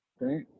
right